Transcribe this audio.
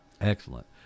excellent